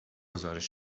گزارش